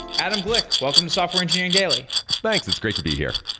adam glick, welcome to software engineering daily thanks. it's great to be here.